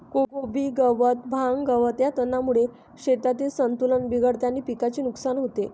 कोबी गवत, भांग, गवत या तणांमुळे शेतातील संतुलन बिघडते आणि पिकाचे नुकसान होते